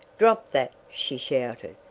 drop that! she shouted.